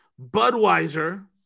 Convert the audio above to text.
Budweiser